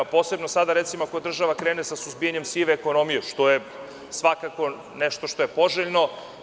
Posebno sada, recimo, ako država krene sa suzbijanjem sive ekonomije što je svakako nešto što je poželjno.